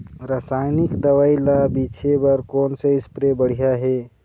रासायनिक दवई ला छिचे बर कोन से स्प्रे बढ़िया हे?